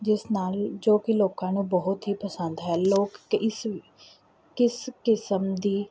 ਜਿਸ ਨਾਲ ਜੋ ਕਿ ਲੋਕਾਂ ਨੂੰ ਬਹੁਤ ਹੀ ਪਸੰਦ ਹੈ ਲੋਕ ਇਸ ਕਿਸ ਕਿਸਮ ਦੀ